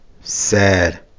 Sad